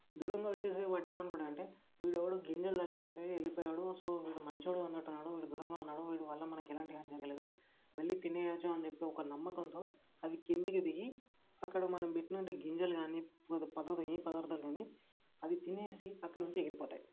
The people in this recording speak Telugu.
దూరంగా వచ్చేస్తే వాటేమనుకుంటాయి అంటే వీడెవడో గింజలు జల్లేసి వెళ్ళిపొయాడు సో వీడు మంచి వాడు ఉన్నట్టున్నాడు వీడు దూరంగా ఉన్నాడు వీడివల్ల మనకి ఎలాంటి హాని జరగలేదు వెళ్ళి తినేయొచ్చు అని చెప్పి ఒక నమ్మకంతో అవి కిందకి దిగి అక్కడ మనం పెట్టినటు గింజలు కానీ పదార్థం ఏ పదార్థాలు కానీ అవి తినేసి అక్కడి నుంచి ఎగిరిపోతాయి